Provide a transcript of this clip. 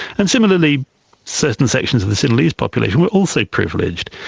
and similarly certain sections of the sinhalese population were also privileged.